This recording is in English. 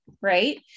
right